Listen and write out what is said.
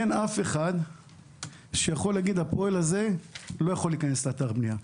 אין אף אחד שיכול להגיד שהפועל הזה לא יכול להיכנס לאתר בנייה.